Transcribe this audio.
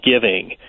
giving